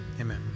Amen